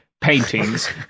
Paintings